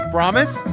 promise